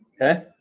okay